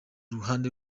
ruhande